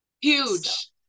Huge